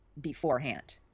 beforehand